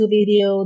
video